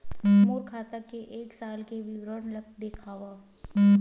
मोर खाता के एक साल के विवरण ल दिखाव?